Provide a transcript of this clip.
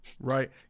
Right